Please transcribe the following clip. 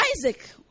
Isaac